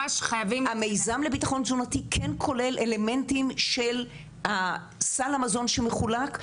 המיזם לביטחון תזונתי כן כולל אלמנטים של סל המזון שמחולק,